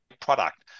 product